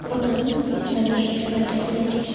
প্রথমেই একবারই happy birthday করেছিলাম